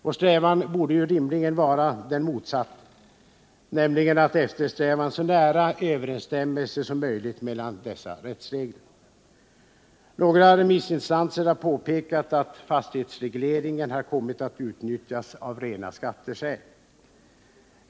Vår strävan borde ju rimligen vara den motsatta, nämligen att uppnå en så nära överensstämmelse som möjligt mellan dessa rättsregler. Några remissinstanser har påpekat att fastighetsregleringen har kommit att utnyttjas av rena skatteskäl.